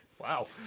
Wow